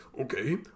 Okay